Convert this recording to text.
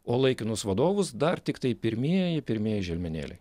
o laikinus vadovus dar tiktai pirmieji pirmieji želmenėliai